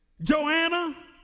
Joanna